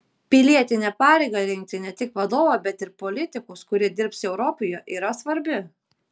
pilietinė pareiga rinkti ne tik vadovą bet ir politikus kurie dirbs europoje yra svarbi